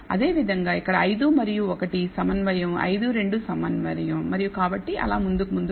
అదేవిధంగా ఇక్కడ 5 మరియు 1 సమన్వయం 5 2 సమన్వయం మరియు కాబట్టి ముందుకు ముందుకు